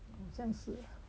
好像是